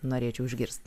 norėčiau išgirsti